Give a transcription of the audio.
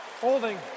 Holding